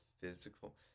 physical